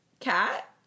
Cat